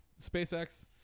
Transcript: SpaceX